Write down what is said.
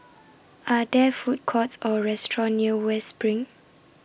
Are There Food Courts Or restaurants near West SPRING